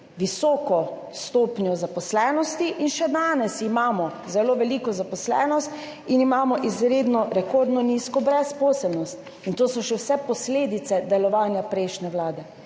visoko stopnjo zaposlenosti in še danes imamo zelo veliko zaposlenost in imamo izredno, rekordno nizko brezposelnost in to so še vse posledice delovanja prejšnje vlade,